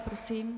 Prosím.